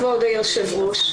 כבוד היושב-ראש.